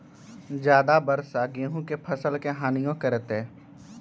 ज्यादा वर्षा गेंहू के फसल के हानियों करतै?